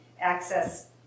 access